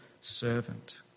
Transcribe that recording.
servant